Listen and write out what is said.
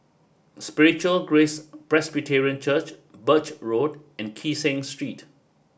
Spiritual Grace Presbyterian Church Birch Road and Kee Seng Street